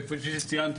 וכפי שציינתי,